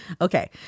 Okay